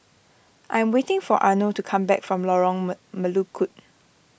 I am waiting for Arno to come back from Lorong mel Melukut